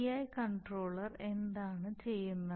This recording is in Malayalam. പിഐ കൺട്രോളർ എന്താണ് ചെയ്യുന്നത്